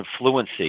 fluency